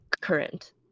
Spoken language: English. current